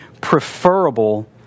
preferable